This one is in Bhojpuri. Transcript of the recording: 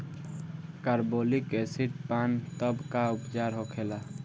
कारबोलिक एसिड पान तब का उपचार होखेला?